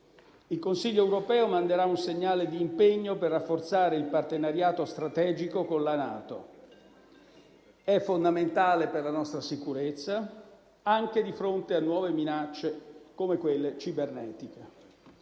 Il Consiglio europeo manderà un segnale di impegno, per rafforzare il partenariato strategico con la NATO: è fondamentale per la nostra sicurezza, anche di fronte a nuove minacce, come quelle cibernetiche.